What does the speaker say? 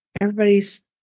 everybody's